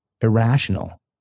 irrational